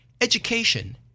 education